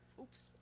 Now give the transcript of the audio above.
Oops